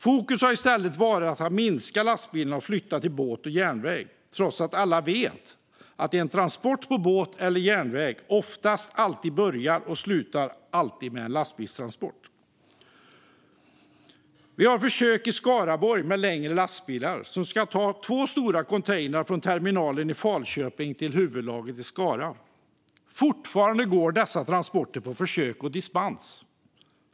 Fokus har i stället varit på att minska lastbilarna och flytta till båt och järnväg, trots att alla vet att en transport på båt eller järnväg oftast eller alltid börjar och slutar med en lastbilstransport. Vi har försök i Skaraborg med längre lastbilar som ska ta två stora containrar från terminalen i Falköping till huvudlagret i Skara. Fortfarande går dessa transporter på försök och dispens.